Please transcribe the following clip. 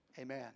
Amen